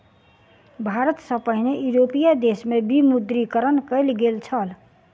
भारत सॅ पहिने यूरोपीय देश में विमुद्रीकरण कयल गेल छल